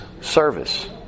service